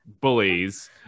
bullies